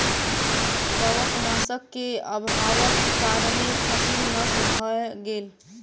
कवकनाशक के अभावक कारणें फसील नष्ट भअ गेल